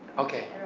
okay,